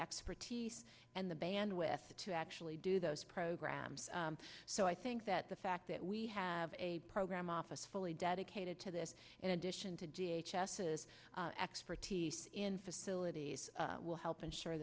expertise and the bandwidth to actually do those programs so i think that the fact that we have a program office fully dedicated to this in addition to his expertise in facilities will help ensure